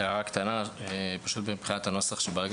הערה קטנה לנוסח: ברגע